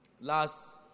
Last